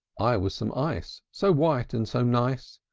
i was some ice so white and so nice,